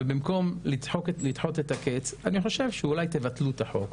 ובמקום לדחוק את הקץ אני חושב שאולי תבטלו את החוק,